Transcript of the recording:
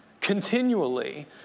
continually